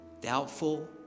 Doubtful